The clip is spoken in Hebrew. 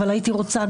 אבל הייתי רוצה,